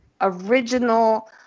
original